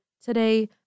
Today